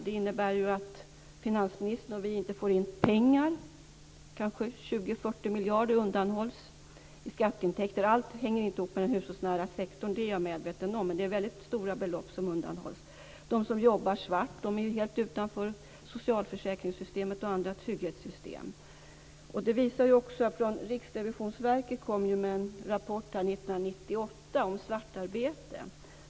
Det innebär ju att finansministern och vi andra inte får in pengar. Det är kanske 20-40 miljarder kronor i skatteintäkter som undanhålls. Allt hänger inte ihop med den hushållsnära sektorn, det är jag medveten om, men det är väldigt stora belopp som undanhålls. De som jobbar svart står ju helt utanför socialförsäkringssystemet och andra trygghetssystem. Det visades också när Riksrevisionsverket 1998 kom med en rapport om svartarbete.